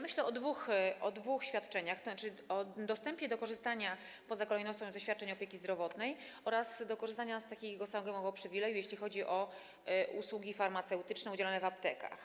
Myślę o dwóch świadczeniach, tzn. o dostępie do korzystania poza kolejnością ze świadczeń opieki zdrowotnej oraz do korzystania z takiego samego przywileju, jeśli chodzi o usługi farmaceutyczne udzielane w aptekach.